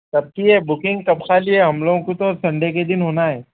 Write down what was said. کب کی ہے بکنگ کب خالی ہے ہم لوگوں کو تو سنڈے کے دن ہونا ہے